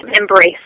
embrace